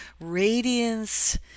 radiance